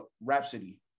Rhapsody